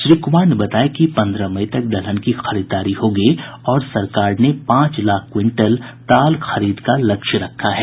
श्री कुमार ने बताया कि पन्द्रह मई तक दलहन की खरीददारी होगी और सरकार ने पांच लाख क्विंटल दाल खरीद का लक्ष्य रखा है